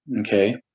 okay